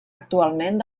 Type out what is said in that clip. actualment